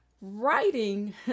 writing